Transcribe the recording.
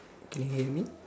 can you hear me